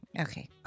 Okay